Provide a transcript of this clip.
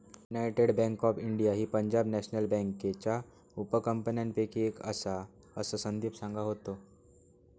United bank of India ही Punjab National बँकेच्या उपकंपन्यांपैकी एक आसा, असा संदीप सांगा होतो